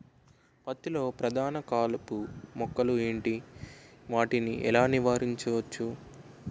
పత్తి లో ప్రధాన కలుపు మొక్కలు ఎంటి? వాటిని ఎలా నీవారించచ్చు?